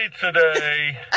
today